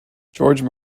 george